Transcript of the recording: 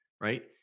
right